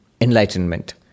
enlightenment